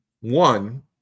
One